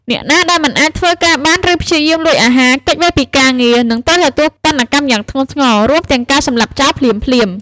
អ្នកណាដែលមិនអាចធ្វើការបាន ឬព្យាយាមលួចអាហារ គេចវេសពីការងារ នឹងត្រូវទទួលទណ្ឌកម្មយ៉ាងធ្ងន់ធ្ងរ រួមទាំងការសម្លាប់ចោលភ្លាមៗ។